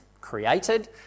created